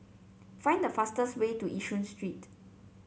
find the fastest way to Yishun Street